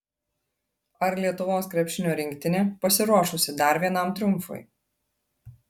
ar lietuvos krepšinio rinktinė pasiruošusi dar vienam triumfui